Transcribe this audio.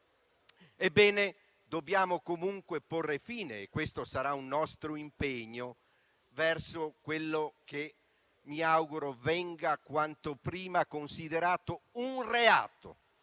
anni? Dobbiamo comunque porre fine - e questo sarà un nostro impegno - a quello che mi auguro venga quanto prima considerato un reato,